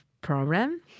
problem